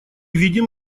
видим